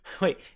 Wait